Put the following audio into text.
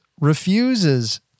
refuses